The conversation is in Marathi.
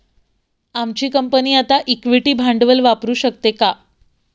आमची कंपनी आता इक्विटी भांडवल वापरू शकते का?